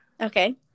Okay